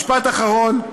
משפט אחרון,